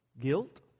Guilt